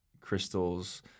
crystals